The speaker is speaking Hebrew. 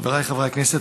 חבריי חברי הכנסת,